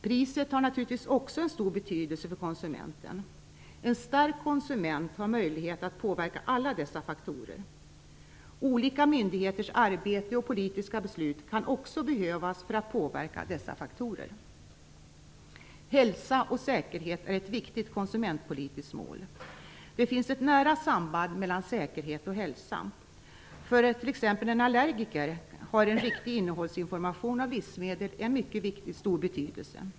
Priset har naturligtvis också en stor betydelse för konsumenten. En stark konsument har möjlighet att påverka alla dessa faktorer. Olika myndigheters arbete och politiska beslut kan också behövas för att påverka dessa faktorer. Hälsa och säkerhet är ett viktigt konsumentpolitiskt mål. Det finns ett nära samband mellan säkerhet och hälsa. För t.ex. en allergiker har en riktig innehållsinformation på livsmedel en mycket stor betydelse.